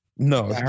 No